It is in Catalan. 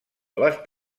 les